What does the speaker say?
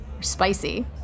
spicy